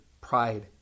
pride